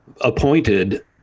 appointed